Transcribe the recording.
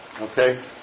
Okay